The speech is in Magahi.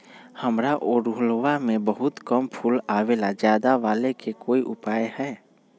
हमारा ओरहुल में बहुत कम फूल आवेला ज्यादा वाले के कोइ उपाय हैं?